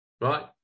right